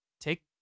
take